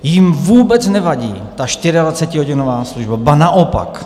Jim vůbec nevadí ta čtyřiadvacetihodinová služba, ba naopak.